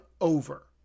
over